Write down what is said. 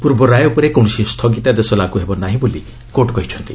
ପୂର୍ବ ରାୟ ଉପରେ କୌଣସି ସ୍ଥଗିତାଦେଶ ଲାଗୁ ହେବ ନାହିଁ ବୋଲି କୋର୍ଟ କହିଚ୍ଚନ୍ତି